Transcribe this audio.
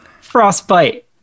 Frostbite